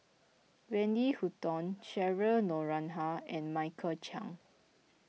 Wendy Hutton Cheryl Noronha and Michael Chiang